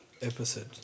episode